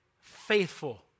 faithful